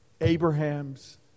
Abraham's